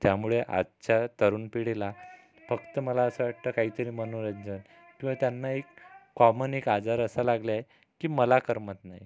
त्यामुळे आजच्या तरुण पिढीला फक्त मला असं वाटतं काहीतरी मनोरंजन किंवा त्यांना एक कॉमन एक आजार असं लागला आहे की मला करमत नाही